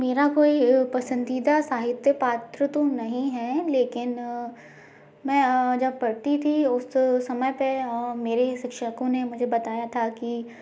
मेरा कोई पसंदीदा साहित्य पात्र तो नहीं है लेकिन मैं जब पढ़ती थी उस समय पे मेरे शिक्षकों ने मुझे बताया था कि